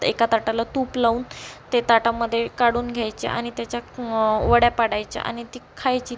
एका ताटाला तूप लावून ते ताटामध्ये काढून घ्यायचे आणि त्याच्या वड्या पाडायच्या आणि ती खायची